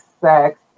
sex